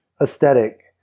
aesthetic